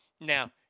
Now